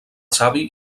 savi